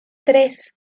tres